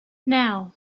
now